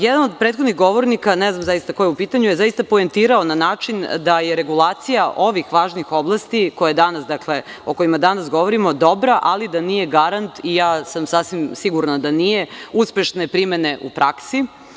Jedan od prethodnih govornika, ne znam zaista ko je u pitanju, je zaista poentirao na način da je regulacija ovih važnih oblasti o kojima danas govorimo dobra, ali da nije garant, i ja sam sasvim sigurna da nije, uspešne primene u praksi.